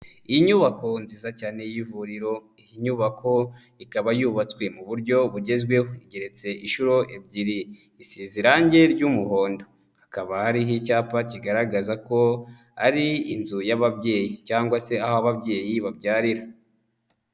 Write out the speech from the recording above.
Inyubako nziza cyane y'ivuriro, iyi nyubako ikaba yubatswe mu buryo bugezweho, igereretse inshuro ebyiri, isize irangi ry'umuhondo, hakaba hariho icyapa kigaragaza ko ari inzu y'ababyeyi cyangwa se aho ababyeyi babyarira.